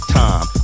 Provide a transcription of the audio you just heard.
time